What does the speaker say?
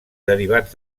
derivats